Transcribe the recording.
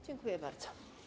Dziękuję bardzo.